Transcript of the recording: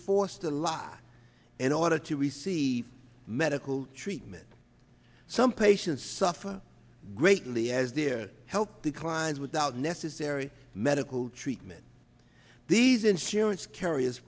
forced to live in order to receive medical treatment some patients suffer greatly as their help to klein's without necessary medical treatment these insurance carriers